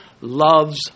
loves